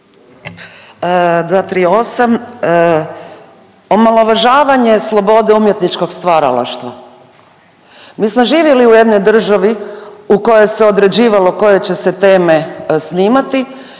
238. Omalovažavanje slobode umjetničkog stvaralaštva. Mi smo živjeli u jednoj državi u kojoj se određivalo koje će se teme snimati